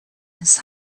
his